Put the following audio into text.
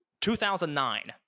2009